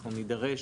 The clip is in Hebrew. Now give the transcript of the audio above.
אנחנו נידרש,